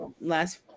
last